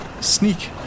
sneak